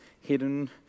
hidden